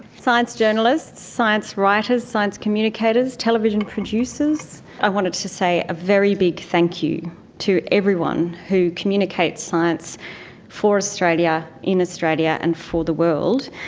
science journalist, science writers, science communicators, television producers, i wanted to say a very big thank you to everyone who communicates science for australia, in australia, and for the world.